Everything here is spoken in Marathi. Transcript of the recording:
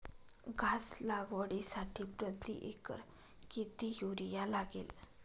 घास लागवडीसाठी प्रति एकर किती युरिया लागेल?